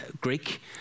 Greek